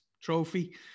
trophy